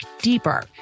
deeper